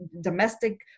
domestic